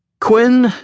Quinn